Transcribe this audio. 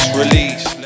release